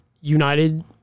United